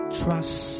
trust